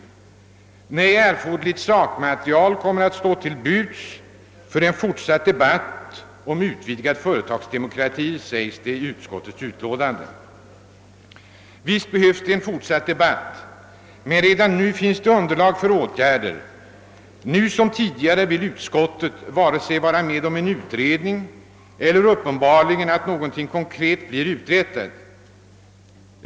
Nej, det heter i stället i utskottets utlåtande, att erforderligt sakmaterial kommer att stå till buds för en fortsatt debatt om utvidgad företagsdemokrati. Visst behövs det en fortsatt debatt. Men redan nu finns det underlag för åtgärder. Liksom tidigare vill utskottet inte vara med om en utredning och uppenbarligen inte heller om att någonting konkret blir uträttat.